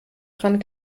dran